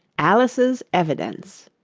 alice's evidence